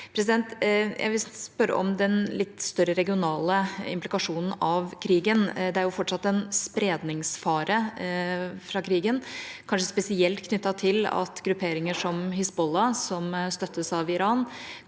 Jeg vil spørre om den litt større regionale implikasjonen av krigen. Det er fortsatt en spredningsfare fra krigen, kanskje spesielt knyttet til at grupperinger som Hizbollah, som støttes av Iran,